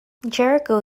jericho